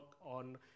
on